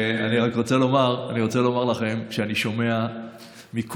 אני רוצה לומר לכם שאני שומע מכולם,